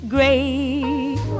great